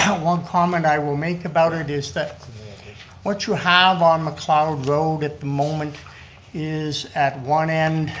one comment i will make about it is that what you have on mcleod road at the moment is at one end,